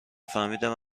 فهمیدم